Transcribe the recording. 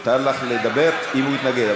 מותר לך לדבר אם הוא יתנגד.